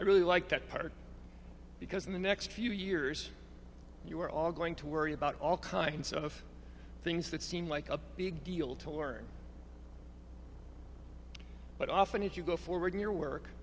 i really like that part because in the next few years you're all going to worry about all kinds of things that seem like a big deal to learn but often as you go forward in your work